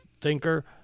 thinker